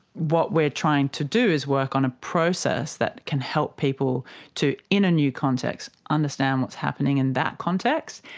what we are trying to do is work on a process that can help people to, in a new context, understand what's happening in that context,